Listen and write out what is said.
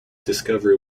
discovery